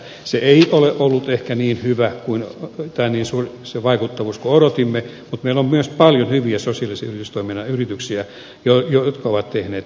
sen vaikuttavuus ei ole ollut ehkä niin hyvä kuin odotimme mutta meillä on myös paljon sosiaalisen yritystoiminnan yrityksiä jotka ovat tehneet työnsä hyvin